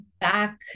back